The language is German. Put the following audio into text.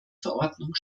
verordnung